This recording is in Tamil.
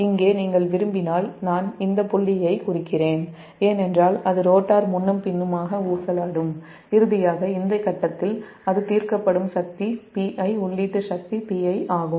இங்கே நீங்கள் விரும்பினால் நான் இந்த புள்ளியைக் குறிக்கிறேன் ஏனென்றால் அது ரோட்டார் முன்னும் பின்னுமாக ஊசலாடும் இறுதியாக இந்த கட்டத்தில் அது தீர்க்கப்படும் Pi உள்ளீட்டு சக்தி ஆகும்